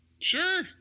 sure